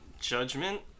Judgment